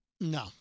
No